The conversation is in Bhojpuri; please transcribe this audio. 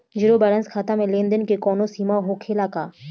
जीरो बैलेंस खाता में लेन देन के कवनो सीमा होखे ला का?